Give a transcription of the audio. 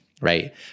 Right